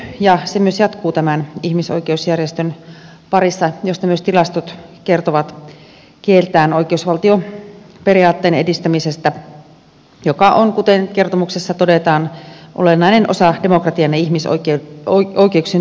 se myös jatkuu tämän ihmisoikeusjärjestön parissa josta myös tilastot kertovat kieltään oikeusvaltioperiaatteen edistämisestä joka on kuten kertomuksessa todetaan olennainen osa demokratian ja ihmisoikeuksien toteutumisen kannalta